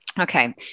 Okay